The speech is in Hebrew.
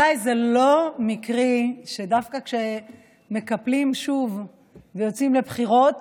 אולי זה לא מקרי שדווקא כשמקפלים שוב ויוצאים לבחירות